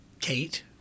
Kate